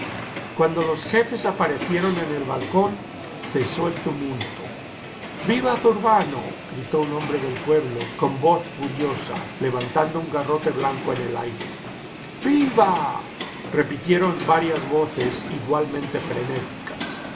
cuando los jefes aparecieron en el balcón cesó el tumulto iviva zurbano gritó un hombre del pueblo con voz furiosa levantando un garrote blanco en el aire viva repitieron varias voces igualmente frenéticas